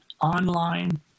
online